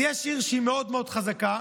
יש עיר מאוד מאוד חזקה,